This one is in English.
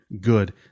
good